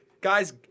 Guys